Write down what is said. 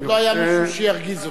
עוד לא היה מישהו שירגיז אותו.